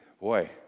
Boy